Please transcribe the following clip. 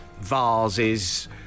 vases